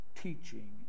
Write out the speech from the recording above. teaching